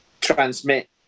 transmit